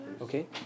Okay